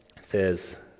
says